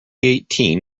eighteen